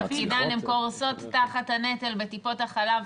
הן קורסות תחת הנטל בטיפות החלב,